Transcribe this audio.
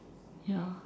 ya